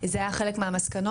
זה היה חלק מהמסקנות,